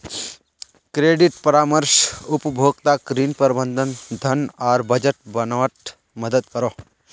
credit परामर्श उपभोक्ताक ऋण, प्रबंधन, धन आर बजट बनवात मदद करोह